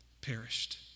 perished